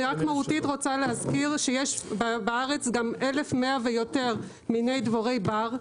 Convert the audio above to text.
אני רק מהותית רוצה להזכיר שיש בארץ גם 1,100 ויותר מיני דבורי בר.